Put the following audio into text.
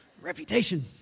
reputation